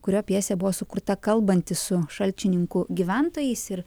kurio pjesė buvo sukurta kalbantis su šalčininkų gyventojais ir